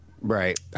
Right